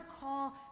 call